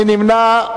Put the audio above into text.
מי נמנע?